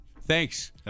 thanks